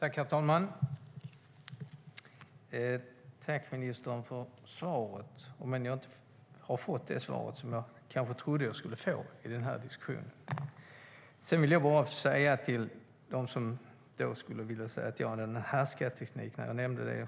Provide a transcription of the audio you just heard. Herr talman! Tack, ministern, för svaret! Jag har inte fått det svar som jag kanske trodde att jag skulle få i den här diskussionen. Till dem som skulle vilja säga att jag använde härskarteknik när jag nämnde